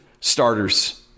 starters